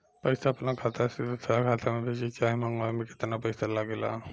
पैसा अपना खाता से दोसरा खाता मे भेजे चाहे मंगवावे में केतना पैसा लागेला?